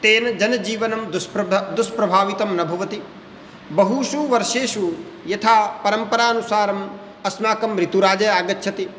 तेन जनजीवनं दुस्प्र् दुष्प्रभावितं न भवति बहुषु वर्षेषु यथा परम्परानुसारम् अस्माकम् ऋतुराजः आगच्छति